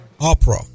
Opera